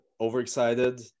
overexcited